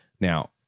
now